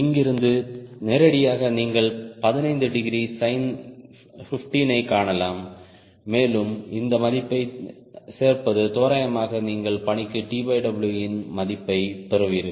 இங்கிருந்து நேரடியாக நீங்கள் 15 டிகிரி sin 15 ஐக் காணலாம் மேலும் இந்த மதிப்பைச் சேர்ப்பது தோராயமாக நீங்கள் பணிக்கு TW இன் மதிப்பைப் பெறுவீர்கள்